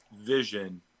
vision